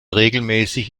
regelmäßig